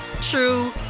true